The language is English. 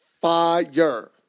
fire